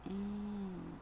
mm